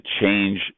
change